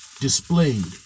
displayed